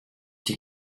die